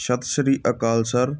ਸਤਿ ਸ਼੍ਰੀ ਅਕਾਲ ਸਰ